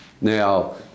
Now